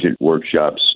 workshops